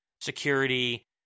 security